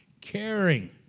caring